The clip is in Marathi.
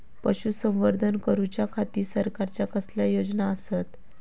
पशुसंवर्धन करूच्या खाती सरकारच्या कसल्या योजना आसत?